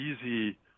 easy